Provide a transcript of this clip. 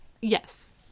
yes